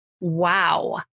Wow